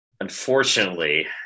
Unfortunately